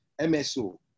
MSO